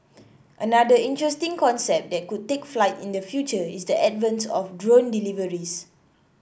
another interesting concept that could take flight in the future is the advent of drone deliveries